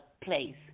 place